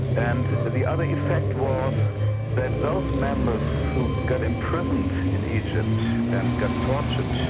and the other effect was that those members who got imprisoned in egypt and got tortured,